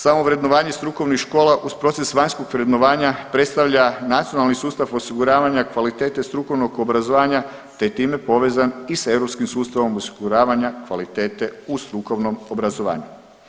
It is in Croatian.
Samo vrednovanje strukovnih škola uz proces vanjskog vrednovanja predstavlja nacionalni sustav osiguravanja kvalitete strukovnog obrazovanja te je time povezan i sa europskim sustavom osiguravanja kvalitete u strukovnom obrazovanju.